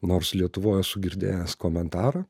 nors lietuvoj esu girdėjęs komentarą